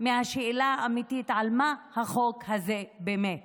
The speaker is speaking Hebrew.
מהשאלה האמיתית על מה החוק הזה באמת